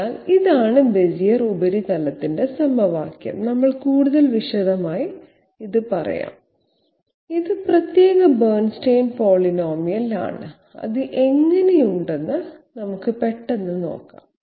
അതിനാൽ ഇതാണ് ബെസിയർ ഉപരിതലത്തിന്റെ സമവാക്യം നമ്മൾ കൂടുതൽ വിശദമായി എടുക്കും ഇത് പ്രത്യേക ബെർൺസ്റ്റൈൻ പോളിനോമിയൽ ആണ് അത് എങ്ങനെയുണ്ടെന്ന് നമുക്ക് പെട്ടെന്ന് നോക്കാം